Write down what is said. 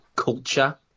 Culture